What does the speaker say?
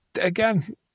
again